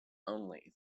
only